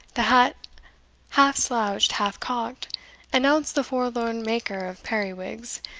the hat half-slouched, half-cocked, announced the forlorn maker of periwigs,